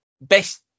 best